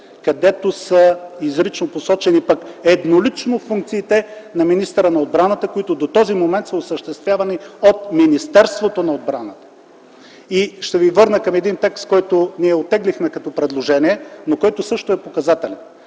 където са посочени изрично едноличните функции на министъра на отбраната, които до този момент са осъществявани от Министерството на отбраната. Ще ви върна към един текст, който ние оттеглихме като предложение, но който също е показателен.